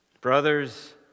Brothers